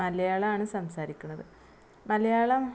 മലയാളമാണ് സംസാരിക്കുന്നത് മലയാളം